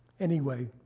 anyway,